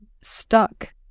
stuck